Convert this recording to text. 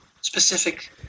specific